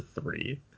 three